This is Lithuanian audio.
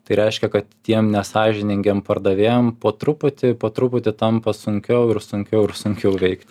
tai reiškia kad tiem nesąžiningiem pardavėjam po truputį po truputį tampa sunkiau ir sunkiau ir sunkiau veikt